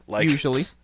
Usually